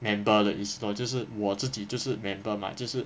member 的意思 lor 就是我自己就是 member 嘛就是